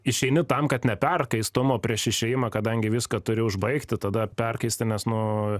išeini tam kad neperkaistum o prieš išėjimą kadangi viską turi užbaigti tada perkaista nes nu